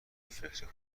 فکر